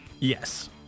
Yes